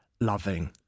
loving